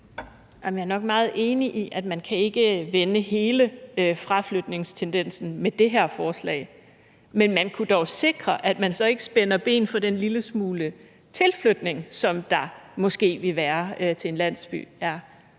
Jeg er nok meget enig i, at man ikke kan vende hele fraflytningstendensen med det her forslag, men man kunne dog sikre, at man så ikke spænder ben for den lille smule tilflytning, som der måske ville være, til en landsby.